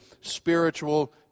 spiritual